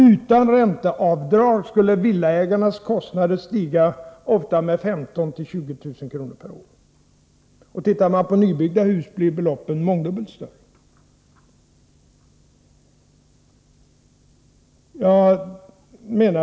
Utan ränteavdragen skulle villaägarnas kostnader stiga, ofta med 15 000-20 000 kr. per år, och för nybyggda hus skulle beloppen vara mångdubbelt större.